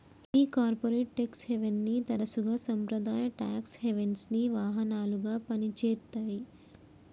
ఈ corporate tax హేవెన్ని తరసుగా సాంప్రదాయ టాక్స్ హెవెన్సి వాహనాలుగా పని చేత్తాయి